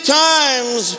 times